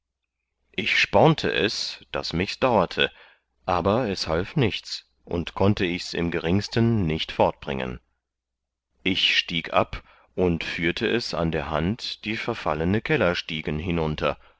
ich sporte es daß michs daurte aber es half nichts und konnte ichs im geringsten nicht fortbringen ich stieg ab und führte es an der hand die verfallene kellerstiegen hinunter